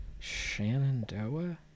Shenandoah